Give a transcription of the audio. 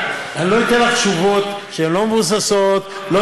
אני לא אתן לך תשובות שהן לא מבוססות מאה אחוז.